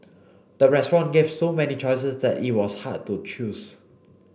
the restaurant gave so many choices that it was hard to choose